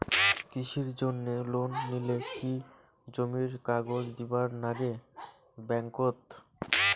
কৃষির জন্যে লোন নিলে কি জমির কাগজ দিবার নাগে ব্যাংক ওত?